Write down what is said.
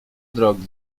drogi